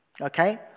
Okay